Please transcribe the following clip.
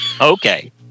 Okay